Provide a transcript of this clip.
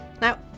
now